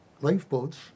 lifeboats